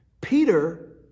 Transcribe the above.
Peter